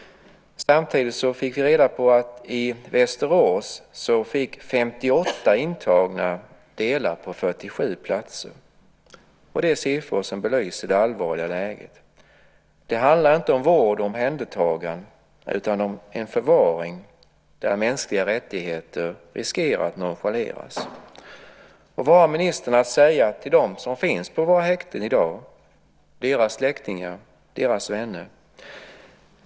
Samtidigt fick vi reda på att i Västerås fick 58 intagna dela på 47 platser. Det är siffror som belyser det allvarliga i läget. Det handlar inte om vård och omhändertagande utan om förvaring där mänskliga rättigheter riskerar att nonchaleras. Vad har ministern att säga till dem som finns på våra häkten i dag, deras släktingar, deras vänner?